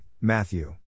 Matthew